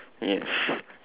yes